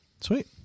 sweet